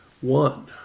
One